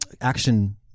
action